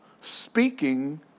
speaking